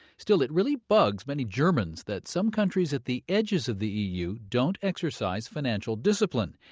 still, it really bugs many germans that some countries at the edges of the e u. don't exercise financial discipline.